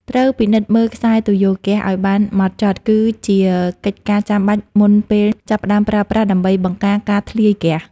ត្រូវពិនិត្យមើលខ្សែទុយោហ្គាសឱ្យបានហ្មត់ចត់ គឺជាកិច្ចការចាំបាច់មុនពេលចាប់ផ្តើមប្រើប្រាស់ដើម្បីបង្ការការធ្លាយហ្គាស។